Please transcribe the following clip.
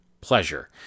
pleasure